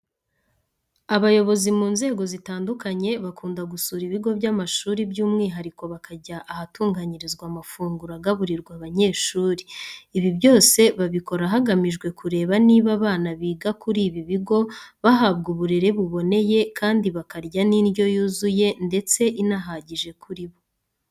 Abayobozi mu nzego zitandukanye, bakunda gusura ibigo by'amashuri by'umwihariko bakajya ahatunganyirizwa amafunguro agaburirwa abanyeshuri. Ibi byose babikora hagamijwe kureba niba abana biga kuri ibi bigo bahabwa uburere buboneye, kandi bakarya n'indyo yuzuye ndetse inahagije kuri bo.